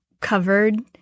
covered